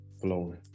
Flowing